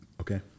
okay